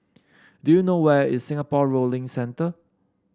do you know where is Singapore Rowing Centre